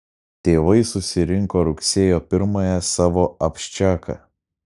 tėvai susirinko rugsėjo pirmąją savo abščiaką